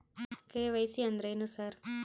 KYC ಅಂದ್ರೇನು sir?